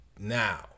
now